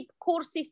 courses